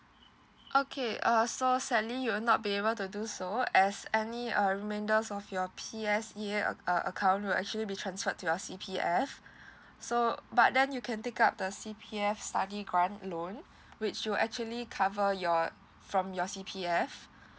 okay err so Sally you will not be able to do so as any err remainders of your P_S_E_A uh account will actually be transferred to your C_P_F so but then you can take up the C_P_F study grant loan which you actually cover your from your C_P_F